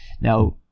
Now